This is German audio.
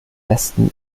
westen